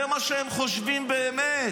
זה מה שהם חושבים באמת,